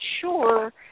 sure